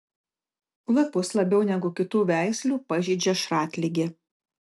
lapus labiau negu kitų veislių pažeidžia šratligė